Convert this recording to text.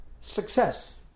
success